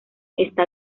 está